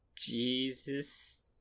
Jesus